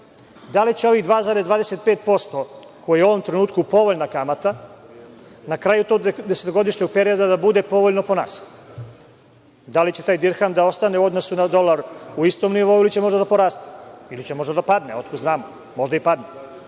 Da li će ovih 2,25% koja je u ovom trenutku povoljna kamata na kraju tog desetogodišnjeg perioda da bude povoljno po nas? Da li će taj dirham da ostane u odnosu na dolar u istom nivou ili će možda da poraste, ili će možda da padne, otkud znam, možda i